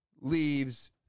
leaves